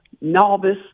novice